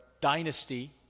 dynasty